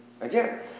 Again